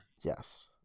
Yes